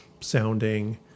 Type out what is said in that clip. sounding